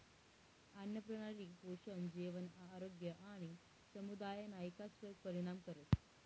आन्नप्रणाली पोषण, जेवण, आरोग्य आणि समुदायना इकासवर परिणाम करस